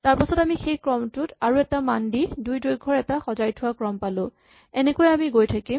তাৰপাছত আমি সেই ক্ৰমটোত আৰু এটা মান দি দুই দৈৰ্ঘ্যৰ এটা সজাই থোৱা ক্ৰম পালো এনেকৈয়ে আমি গৈ থাকিম